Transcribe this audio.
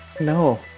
no